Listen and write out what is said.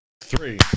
three